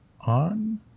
on